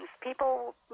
People